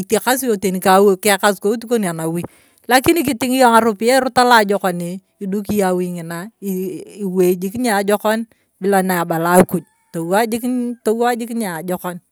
itekasi yona teni ka ui ka ekasukout kon anawui lakini kitina yong ng'aropiyie erot alajokoni iduki yong'o awui ngina. ewei jik niajokon bila niebala akuj. towa jik ii naijokon ee.